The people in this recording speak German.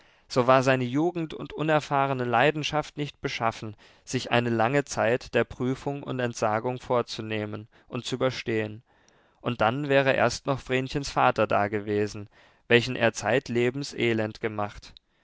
so war seine jugend und unerfahrene leidenschaft nicht beschaffen sich eine lange zeit der prüfung und entsagung vorzunehmen und zu überstehen und dann wäre erst noch vrenchens vater dagewesen welchen er zeitlebens elend gemacht